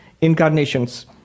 incarnations